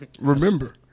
Remember